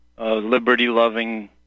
liberty-loving